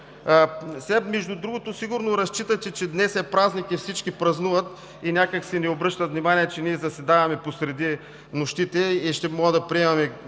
Вас? Между другото, сигурно разчитате, че днес е празник и всички празнуват и някак си не обръщат внимание, че ние заседаваме посред нощите и ще можем да приемем